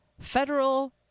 federal